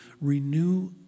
renew